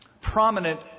prominent